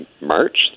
March